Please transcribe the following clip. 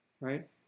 Right